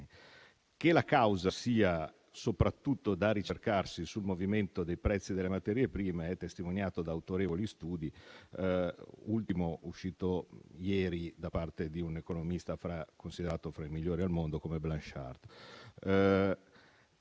che la causa sia soprattutto da ricercarsi sul movimento dei prezzi delle materie prime è testimoniato da autorevoli studi; l'ultimo è uscito ieri ed è di un economista considerato fra i migliori al mondo, Blanchard.